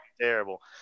terrible